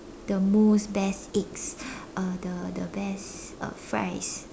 the most best eggs uh the the best uh fries